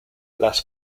las